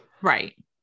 Right